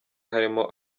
harimo